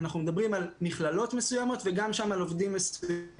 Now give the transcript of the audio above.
אנחנו מדברים על מכללות מסוימות וגם שם על עובדים מסוימים.